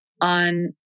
on